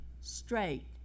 straight